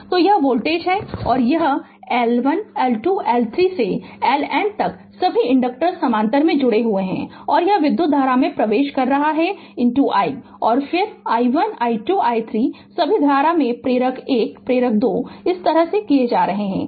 Refer Slide Time 1958 तो यह voltage है और यह L 1 L 2 L 3 से LN तक सभी इंडिकेटर्स समानांतर में जुड़े हुए हैं और यह विधुत धारा में प्रवेश कर रहा है i और फिर i1 i2 i3 सभी धारा में प्रेरक 1 प्रेरक 2 इस तरह से जा रहे है